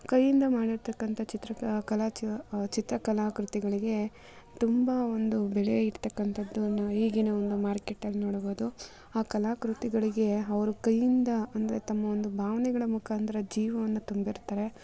ಕೈಯಿಂದ ಮಾಡಿರತಕ್ಕಂಥ ಚಿತ್ರಕಲಾ ಚಿತ್ರಕಲಾ ಕೃತಿಗಳಿಗೆ ತುಂಬ ಒಂದು ಬೆಲೆ ಇರತಕ್ಕಂಥದ್ದು ಈಗಿನ ಒಂದು ಮಾರ್ಕೆಟಲ್ಲಿ ನೋಡಬೋದು ಆ ಕಲಾ ಕೃತಿಗಳಿಗೆ ಅವ್ರ ಕೈಯಿಂದ ಅಂದರೆ ತಮ್ಮ ಒಂದು ಭಾವನೆಗಳ ಮುಖಾಂತ್ರ ಜೀವವನ್ನು ತುಂಬಿರ್ತಾರೆ